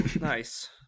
Nice